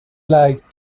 like